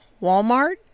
Walmart